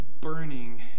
burning